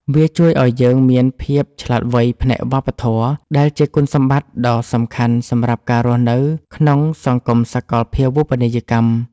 វាជួយឱ្យយើងមានភាពឆ្លាតវៃផ្នែកវប្បធម៌ ដែលជាគុណសម្បត្តិដ៏សំខាន់សម្រាប់ការរស់នៅក្នុងសង្គមសកលភាវូបនីយកម្ម។